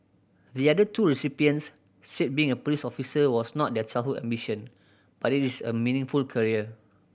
the other two recipients said being a police officer was not their childhood ambition but it is a meaningful career